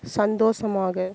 சந்தோஷமாக